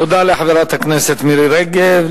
תודה לחברת הכנסת מירי רגב.